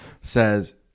says